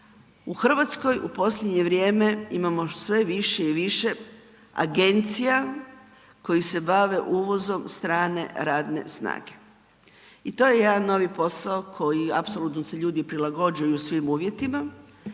U Hrvatskoj u posljednje vrijeme imamo sve više i više agencija koje se bave uvozom strane radne snage i to je jedan novi posao koji apsolutno se ljudi prilagođavaju svim uvjetima.